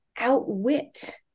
outwit